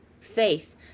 faith